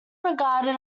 regarded